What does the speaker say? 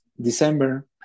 December